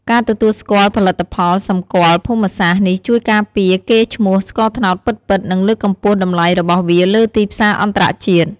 ការទទួលស្គាល់ ផលិតផលសម្គាល់ភូមិសាស្ត្រ នេះជួយការពារកេរ្តិ៍ឈ្មោះស្ករត្នោតពិតៗ និងលើកកម្ពស់តម្លៃរបស់វាលើទីផ្សារអន្តរជាតិ។